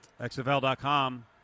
XFL.com